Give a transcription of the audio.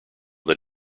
that